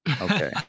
Okay